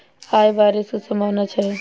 आय बारिश केँ सम्भावना छै?